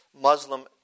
Muslim